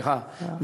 סליחה.